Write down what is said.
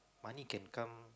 money can come